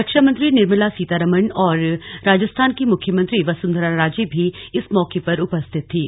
रक्षामंत्री निर्मला सीतारमण और राजस्थान की मुख्यमंत्री वसुंधरा राजे भी इस मौके पर उपस्थित थीं